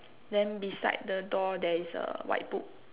then beside the door there is a white book